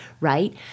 right